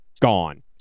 gone